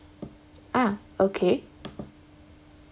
ah okay